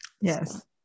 Yes